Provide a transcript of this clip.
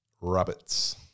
Rabbits